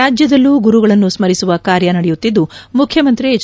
ರಾಜ್ಯದಲ್ಲೂ ಗುರುಗಳನ್ನು ಸ್ಮರಿಸುವ ಕಾರ್ಯ ನಡೆಯುತ್ತಿದ್ದು ಮುಖ್ಯಮಂತ್ರಿ ಎಚ್